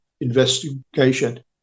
investigation